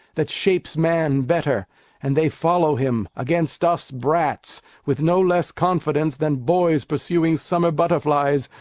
that shapes man better and they follow him, against us brats, with no less confidence than boys pursuing summer butterflies,